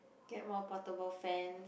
get more portable fan